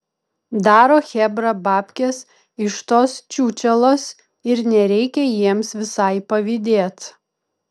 daro chebra babkes iš tos čiūčelos ir nereikia jiems visai pavydėt